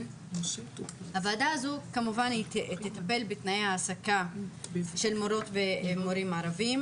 הוועדה הזו כמובן תטפל בתנאי העסקה של מורות ומורים ערביים,